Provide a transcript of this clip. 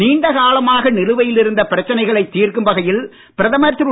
நீண்டகாலமாக நிலுவையில் இருந்த பிரச்சனைகளை தீர்க்கும் வகையில் பிரதமர் திரு